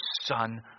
Son